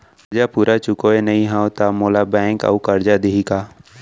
करजा पूरा चुकोय नई हव त मोला बैंक अऊ करजा दिही का?